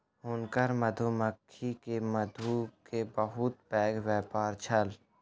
हुनकर मधुमक्खी के मधु के बहुत पैघ व्यापार छल